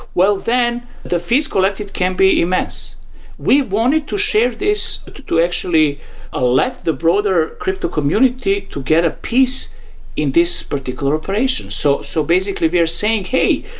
well then the fees collected can be immense. we wanted to share this to to actually ah let the broader cryto community to get a piece in this particular operation. so so basically, we are saying, hey,